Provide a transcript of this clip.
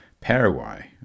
Paraguay